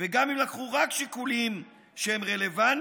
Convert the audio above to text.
וגם אם לקחו רק שיקולים שהם רלוונטיים,